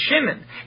Shimon